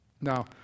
Now